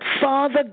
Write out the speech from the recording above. Father